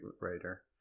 writer